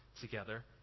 together